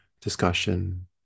discussion